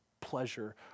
pleasure